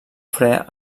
fre